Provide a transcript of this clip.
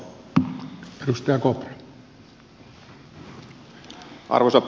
arvoisa puhemies